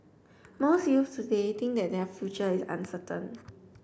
most youths today think that their future is uncertain